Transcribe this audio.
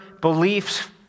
beliefs